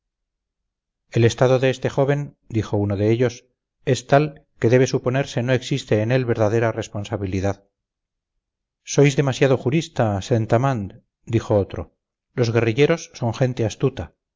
el estado de este joven dijo uno de ellos es tal que debe suponerse no existe en él verdadera responsabilidad sois demasiado jurista saint amand dijo otro los guerrilleros son gente astuta